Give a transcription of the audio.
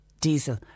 diesel